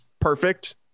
perfect